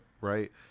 right